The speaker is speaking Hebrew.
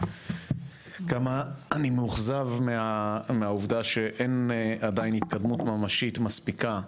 כמה אני מאוכזב מהעובדה שאין עדיין התקדמות ממשית מספיקה,